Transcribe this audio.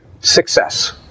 Success